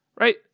right